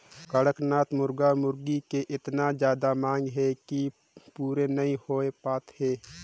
कड़कनाथ मुरगा मुरगी के एतना जादा मांग हे कि पूरे नइ हो पात हे